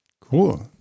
Cool